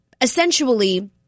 essentially